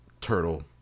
turtle